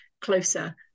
closer